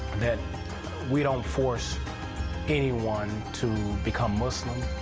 that we don't force anyone to become muslim.